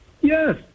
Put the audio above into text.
Yes